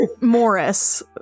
Morris